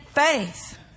faith